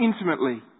intimately